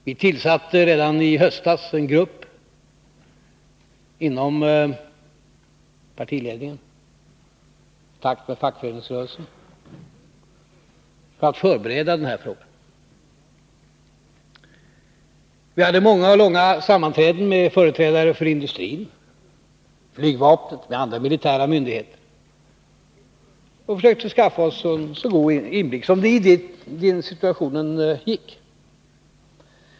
Vi tillsatte redan i höstas en grupp inom partiledningen tillsammans med fackföreningsrörelsen för att förbereda den här frågan. Vi hade många och långa sammanträden med företrädare för industrin, flygvapnet och andra militära myndigheter, och vi försökte skaffa oss en så god inblick som det i den situationen gick att få.